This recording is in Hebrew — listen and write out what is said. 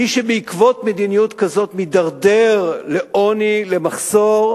מי שבעקבות מדיניות כזאת מידרדר לעוני, למחסור,